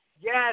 Yes